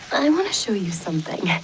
i wanna show you something.